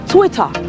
Twitter